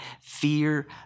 Fear